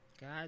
God